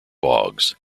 bogs